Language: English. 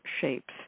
shapes